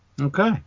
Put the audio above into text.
Okay